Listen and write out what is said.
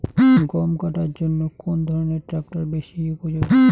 গম কাটার জন্য কোন ধরণের ট্রাক্টর বেশি উপযোগী?